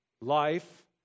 Life